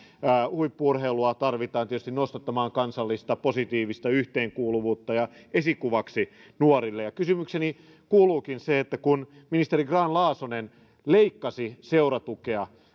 huippu urheilua tarvitaan tietysti nostattamaan kansallista positiivista yhteenkuuluvuutta ja esikuvaksi nuorille kysymykseni kuuluukin kun ministeri grahn laasonen leikkasi seuratukea